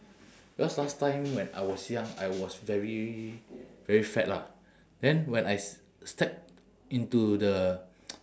because last time when I was young I was very very fat lah then when I step into the